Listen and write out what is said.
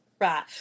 Right